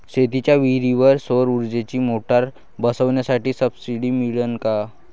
शेतीच्या विहीरीवर सौर ऊर्जेची मोटार बसवासाठी सबसीडी मिळन का?